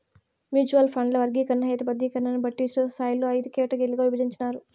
mutual ఫండ్ల వర్గీకరణ, హేతబద్ధీకరణని బట్టి విస్తృతస్థాయిలో అయిదు కేటగిరీలుగా ఇభజించినారు